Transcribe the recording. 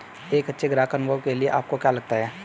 एक अच्छे ग्राहक अनुभव के लिए आपको क्या लगता है?